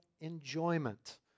enjoyment